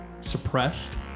suppressed